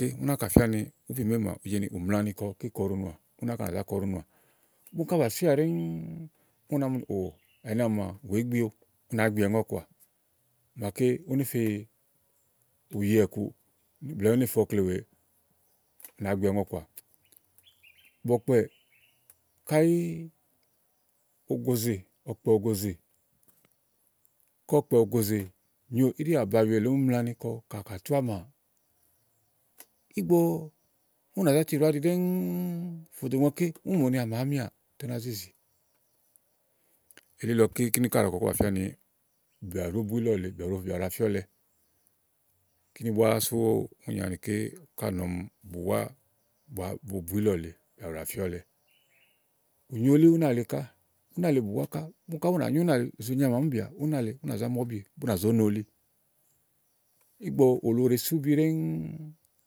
Uni nàka fia ni ùbì màa éyi mà ù mla ni ke kɔ iɖunuà ùni ùnà sià ɖɛɛ ù nàá mu ni óò ɛnɛ àámi ma ù wè gbi ewu ùni ù nàa gbi aŋɔ́kɔà. Màake ù ne fe ùyiɛ ̀ kuù blɛ̀ɛ ùne ƒe ɔkle wèè ù nàa gbi aŋɔ̀ kɔà. Bɔ̀kpɛ̂ kàyi ógózè, ɔ̀kpɛ ógòzè kàyi ɔ̀kpɛ̀ ògòzè nyo ídì âbayu èle ùni mla ni kɔ kà tù àmá ìgbɔ ù nà zá tiɖóàɖi ɖɛ́ɛ́ fò dò ìgbɔ ìgbè màa ke ùni mù ni àmà àà mià ètè ù na zìzì. Eli lɔké kìni kà ɖàa kɔkɔ ba fía ni bìà ŋù ɖòó bu ìlɔle bìà ba Fìɔ̀lɛ. Kìni bùà sù ùni nyi ani ɔmi kà nɔ ni bùwà both bù ìlɔlè, bīà bù ɖàa fìɔlɛ. Ùnyo eli ùna lèe kà. Ùnalè bùwà kà bù nà zònoli. Ìgbɔ òlò ɖèe si ùbi ɖɛ́ɛ́